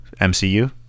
MCU